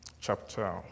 Chapter